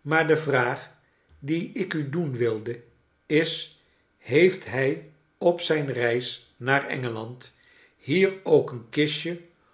maar de vraag die ik u doen wilde is heeft hij op zijn reis naar engeland hier ook een kistje